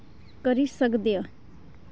करी सकदे